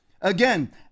again